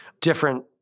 different